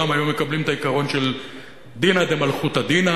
היו מקבלים את העיקרון של דינא דמלכותא דינא,